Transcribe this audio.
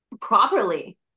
properly